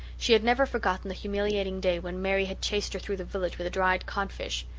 she had never forgotten the humiliating day when mary had chased her through the village with a dried codfish.